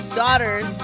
daughters